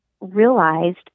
realized